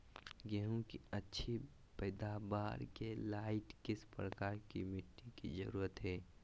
गेंहू की अच्छी पैदाबार के लाइट किस प्रकार की मिटटी की जरुरत है?